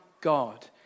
God